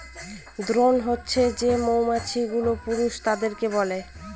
drone হছে যে মৌমাছি গুলো পুরুষ তাদেরকে বলে